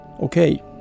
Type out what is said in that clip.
Okay